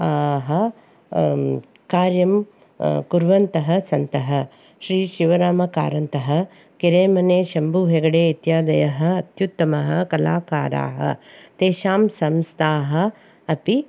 आः कार्यं कुर्वन्तः सन्तः श्री शिवरामकारन्तः किरेमने शम्भु हेगडे इत्यादयः अत्युत्तमाः कलाकाराः तेषां संस्थाः अपि